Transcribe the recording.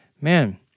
man